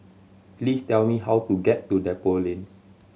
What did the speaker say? please tell me how to get to Depot Lane